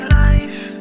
life